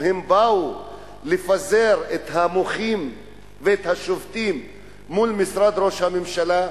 באו לפזר את המוחים ואת השובתים מול משרד ראש הממשלה?